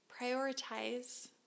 prioritize